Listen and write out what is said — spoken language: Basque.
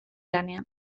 lanean